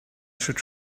should